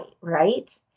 Right